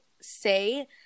say